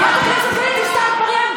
חברת הכנסת גלית דיסטל אטבריאן,